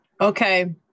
okay